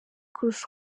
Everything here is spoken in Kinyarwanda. kurusha